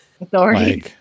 Authority